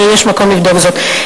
ויש מקום לבדוק זאת.